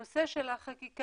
הנושא של החקיקה,